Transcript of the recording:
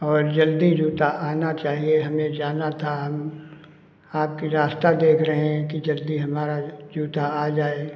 और जल्दी जूता आना चाहिए हमें जाना था हम आपकी रास्ता देख रहे हैं कि जल्दी हमारा ये जूता आ जाए